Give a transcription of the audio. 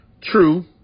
True